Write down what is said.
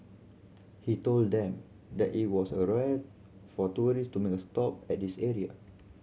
he told them that it was a rare for tourist to make a stop at this area